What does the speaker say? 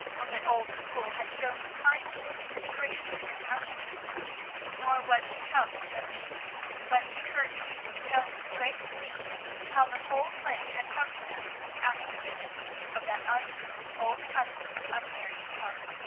or that all the school had shown the kind consideration of miss ashton nor was she helped in the least when she heard susan telling in great glee how the whole plan had come to them after the visit of that uncouth old cousin of marion parke.